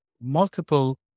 multiple